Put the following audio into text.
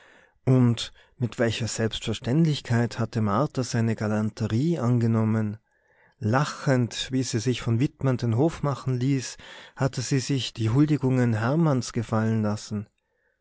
und mit welcher selbstverständlichkeit hatte martha seine galanterie angenommen lachend wie sie sich von wittmann den hof machen ließ hatte sie sich die huldigungen hermanns gefallen lassen